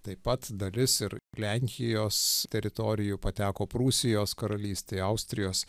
taip pat dalis ir lenkijos teritorijų pateko prūsijos karalystei austrijos